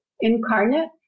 incarnate